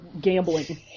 gambling